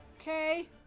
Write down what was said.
Okay